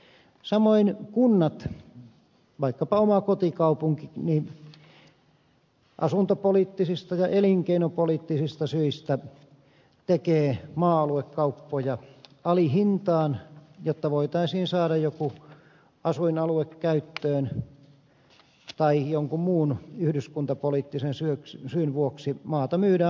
samoin kunnat vaikkapa oma kotikaupunkini asuntopoliittisista ja elinkeinopoliittisista syistä tekevät maa aluekauppoja alihintaan jotta voitaisiin saada joku asuinalue käyttöön tai jonkun muu yhdyskuntapoliittisen syyn vuoksi maata myydään halvalla